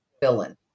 villain